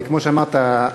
כמו שאמרת,